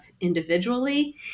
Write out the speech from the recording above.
individually